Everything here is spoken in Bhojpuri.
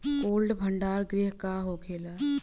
कोल्ड भण्डार गृह का होखेला?